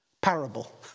parable